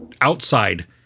outside